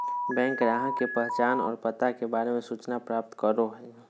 bank ग्राहक के पहचान और पता के बारे में सूचना प्राप्त करो हइ